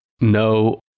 No